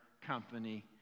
company